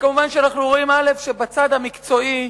וכמובן שאנחנו רואים שבצד המקצועי,